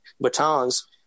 batons